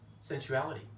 sensuality